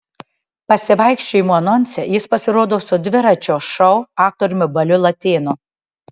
pasivaikščiojimų anonse jis pasirodo su dviračio šou aktoriumi baliu latėnu